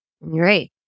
Right